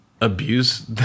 abuse